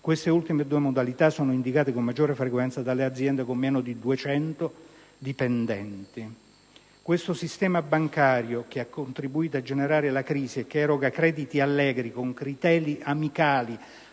Queste ultime due modalità sono indicate con maggiore frequenza dalle aziende con meno di duecento dipendenti. Questo sistema bancario, che ha contribuito a generare la crisi e che eroga crediti allegri con criteri amicali